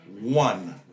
one